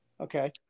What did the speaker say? Okay